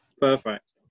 Perfect